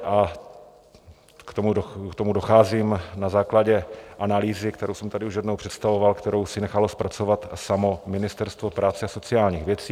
K tomu docházím na základě analýzy, kterou jsem tady už jednou představoval, kterou si nechalo zpracovat samo Ministerstvo práce a sociálních věcí.